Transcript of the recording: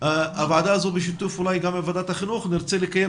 הוועדה הזו בשיתוף אולי גם עם ועדת החינוך תרצה לקיים